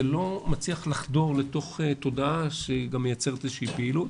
זה לא מצליח לחדור לתוך תודעה שהיא גם מייצרת איזושהי פעילות.